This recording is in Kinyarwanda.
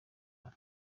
hano